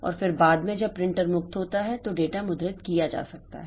और फिर बाद में जब प्रिंटर मुक्त होता है तो डेटा मुद्रित किया जा सकता है